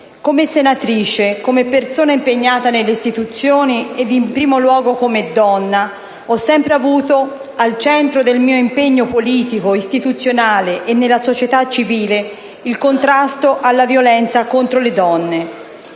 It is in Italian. come senatrice, come persona impegnata nelle istituzioni, ed in primo luogo come donna, ho sempre avuto al centro del mio impegno politico, istituzionale e nella società civile il contrasto alla violenza contro le donne.